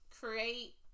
create